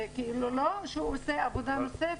זה לא שהוא עושה עבודה נוספת,